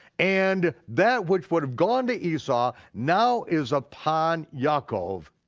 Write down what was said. and that which would've gone to esau now is upon yaakov.